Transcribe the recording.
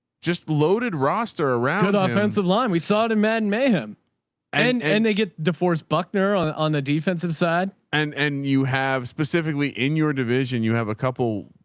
just loaded roster around the offensive line. we saw it in madden mayhem and, and they get the force buckner on on the defensive side. and, and you have specifically in your division, you have a couple,